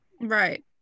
Right